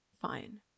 fine